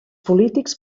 polítics